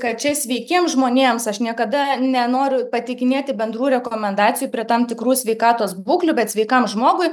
kad čia sveikiems žmonėms aš niekada nenoriu pateikinėti bendrų rekomendacijų prie tam tikrų sveikatos būklių bet sveikam žmogui